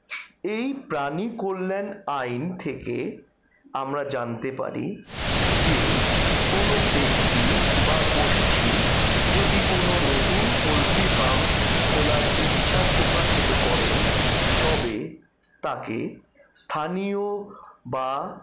এই প্রাণী কল্যাণ আইন থেকে আমরা জানতে পারি যে কোনো ব্যক্তি বা গোষ্ঠী যদি কোনো নতুন পোলট্রি ফার্ম খোলার ইচ্ছা প্রকাশিত করেন তবে তাকে স্থানীয় বা